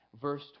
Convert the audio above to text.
verse